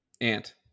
Ant